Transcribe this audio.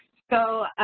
so